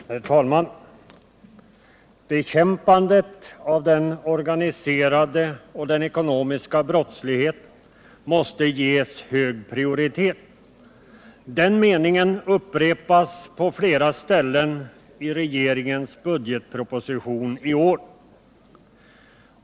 Herr talman! Bekämpandet av den organiserade och den ekonomiska brottsligheten måste ges hög prioritet. Den meningen upprepas på flera ställen i regeringens budgetproposition i år.